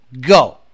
Go